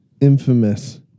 infamous